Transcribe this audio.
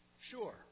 sure